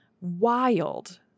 Wild